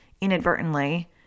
inadvertently